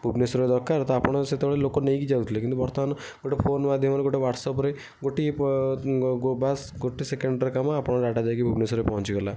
ଭୁବନେଶ୍ଵରରେ ଦରକାର ତ ଆପଣ ସେତେବେଳେ ଲୋକ ନେଇକି ଯାଉଥିଲେ କିନ୍ତୁ ବର୍ତ୍ତମାନ ଗୋଟିଏ ଫୋନ୍ ମାଧ୍ୟମରେ ଗୋଟେ ହ୍ଵାଟସ୍ଆପ୍ରେ ଗୋଟିଏ ବାସ୍ ଗୋଟେ ହ୍ଵାଟସ୍ଆପ୍ରେ ସେକେଣ୍ଡ୍ର କାମ ଆପଣଙ୍କ ଡାଟା ଯାଇକି ଭୁବନେଶ୍ଵରରେ ପହଞ୍ଚିଗଲା